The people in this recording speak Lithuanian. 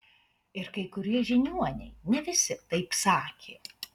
ir kai kurie žiniuoniai ne visi taip sakė